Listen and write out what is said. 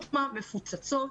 הכיתות מפוצצות,